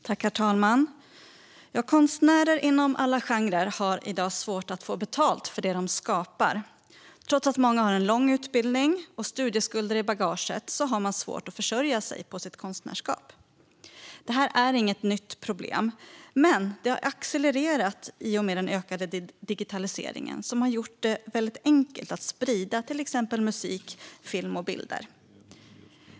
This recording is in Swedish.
Herr talman! Konstnärer inom alla genrer har i dag svårt att få betalt för det de skapar. Trots att många har en lång utbildning och studieskulder i bagaget har de svårt att försörja sig på sitt konstnärskap. Detta är inget nytt problem, men det har accelererat i och med den ökade digitaliseringen som gjort det väldigt enkelt att sprida till exempel musik, film och bilder.